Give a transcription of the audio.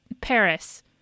Paris